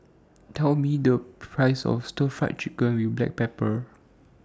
Tell Me The Price of Stir Fried Chicken with Black Pepper